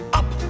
up